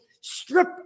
strip